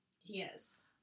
Yes